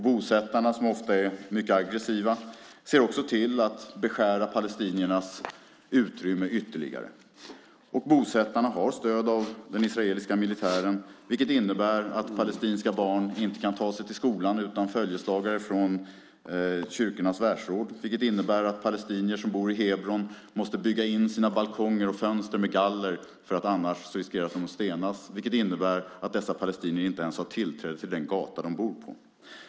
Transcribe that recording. Bosättarna, som ofta är mycket aggressiva, ser också till att beskära palestiniernas utrymme ytterligare. Bosättarna har stöd av den israeliska militären, vilket innebär att palestinska barn inte kan ta sig till skolan utan följeslagare från Kyrkornas Världsråd. Det innebär att palestinier som bor i Hebron måste bygga in sina balkonger och fönster med galler, för annars riskerar de att stenas. Det innebär att dessa palestinier inte ens har tillträde till den gata de bor på.